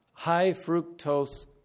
high-fructose